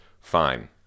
Fine